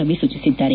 ರವಿ ಸೂಚಿಸಿದ್ದಾರೆ